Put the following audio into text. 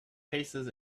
paces